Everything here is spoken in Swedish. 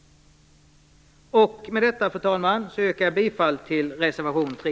Med detta, fru talman, yrkar jag bifall till reservation 3.